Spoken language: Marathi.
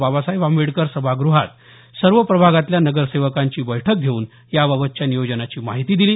बाबासाहेब आंबडेकर सभागृहात सर्व प्रभागातल्या नगरसेवकांची बैठक घेऊन याबाबतच्या नियोजनाची माहिती दिली